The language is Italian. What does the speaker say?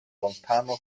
lontano